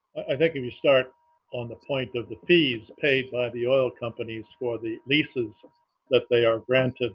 i think if you start on the point of the fees paid by the oil companies for the leases that they are granted